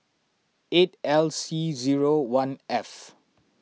eight L C zero one F